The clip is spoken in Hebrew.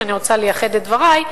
שאני רוצה לייחד לו את דברי,